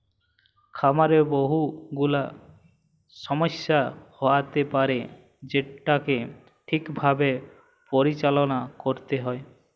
খামারে বহু গুলা ছমস্যা হ্য়য়তে পারে যেটাকে ঠিক ভাবে পরিচাললা ক্যরতে হ্যয়